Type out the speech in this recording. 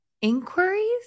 Inquiries